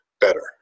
better